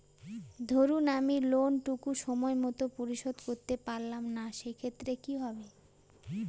ধরুন আমি লোন টুকু সময় মত পরিশোধ করতে পারলাম না সেক্ষেত্রে কি হবে?